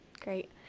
Great